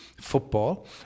football